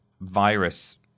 virus